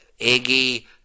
Iggy